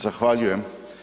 Zahvaljujem.